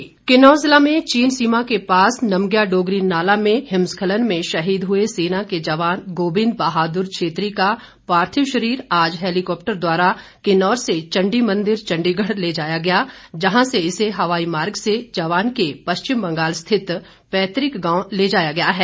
हिमस्खलन किन्नौर ज़िला में चीन सीमा के पास नमग्या डोगरी नाला में हिमस्खलन में शहीद हुए सेना के जवान गोविंद बहाद्र छेत्री का पार्थिव शरीर आज हैलीकॉप्टर द्वारा किन्नौर से चंडी मंदिर चंडीगढ़ ले जाया गया जहां से इसे हवाई मार्ग से जवान के पश्चिम बंगाल स्थित पैतृक गांव ले जाया गया है